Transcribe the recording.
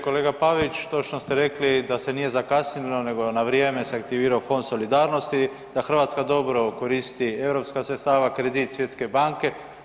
Kolega Pavić, točno ste rekli da se nije zakasnilo nego na vrijeme se aktivirao Fond solidarnosti da Hrvatska dobro koristi europska sredstva, kredit Svjetske banke.